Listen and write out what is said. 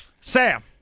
Sam